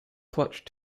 clutch